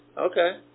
Okay